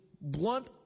blunt